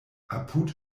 apud